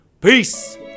peace